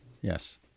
Yes